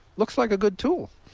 looks like a good tool.